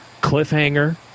Cliffhanger